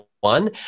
one